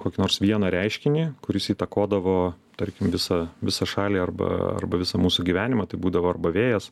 kokį nors vieną reiškinį kuris įtakodavo tarkim visą visą šalį arba arba visą mūsų gyvenimą tai būdavo arba vėjas